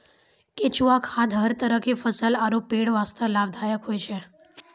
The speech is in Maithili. केंचुआ खाद हर तरह के फसल आरो पेड़ वास्तॅ लाभदायक होय छै